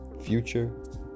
Future